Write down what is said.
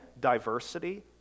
diversity